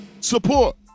support